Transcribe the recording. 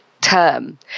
term